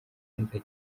neza